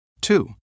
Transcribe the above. Two